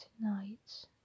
tonight